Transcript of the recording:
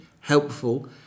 helpful